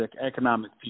economic